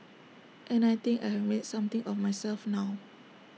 and I think I have made something of myself now